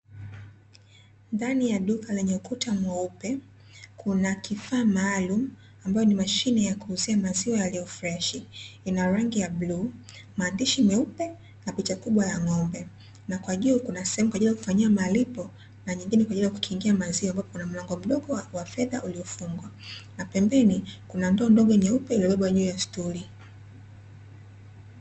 Ndani ya duka lenye ukuta mweupe Kuna kifaa maalumu ambayo ni mashine ya kuuzia maziwa yaliyo freshi ina rangi ya bluu, maandishi meupe na picha kubwa ya ng'ombe na kwa juu kuna sehemu ya kufanyia malipo na nyingine kwa ajili kukingia maziwa, ambapo Kuna mlango mdogo wa fedha uliofungwa napembeni kuna ndoo ndogo nyeupe iliyobebwa juu ya stuli.